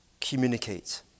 communicate